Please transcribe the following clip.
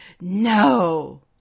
no